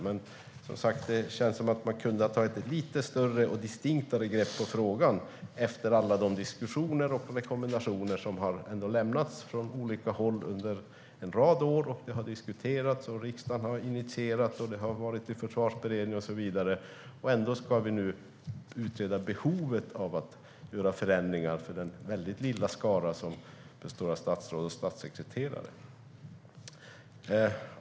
Men, som sagt, det känns som om man kunde ha tagit ett litet större och distinktare grepp om frågan efter alla de diskussioner som har varit och alla rekommendationer som ändå har lämnats från olika håll under en rad år. Det har diskuterats, riksdagen har initierat, det har varit i Försvarsberedningen och så vidare. Ändå ska vi nu utreda behovet av att göra förändringar för den mycket lilla skara som består av statsråd och statssekreterare.